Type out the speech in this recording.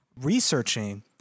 researching